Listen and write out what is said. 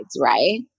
Right